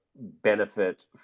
benefit